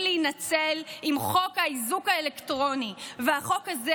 להינצל אם חוק האיזוק האלקטרוני והחוק הזה